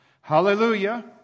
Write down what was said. Hallelujah